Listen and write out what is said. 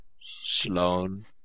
Sloan